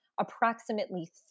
approximately